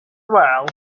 well